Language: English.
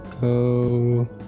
go